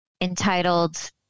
Entitled